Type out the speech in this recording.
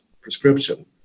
prescription